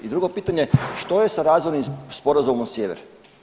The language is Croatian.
I drugo pitanje, što je sa razvojnim sporazumom sjever?